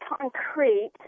concrete